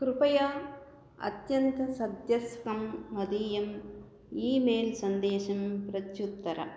कृपया अत्यन्तसद्यस्कं मदीयम् ई मेल् सन्देशं प्रत्युत्तर